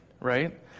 Right